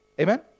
Amen